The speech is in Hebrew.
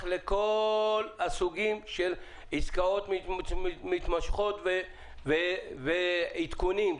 לכל הסוגים של עסקאות מתמשכות ועדכונים.